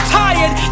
tired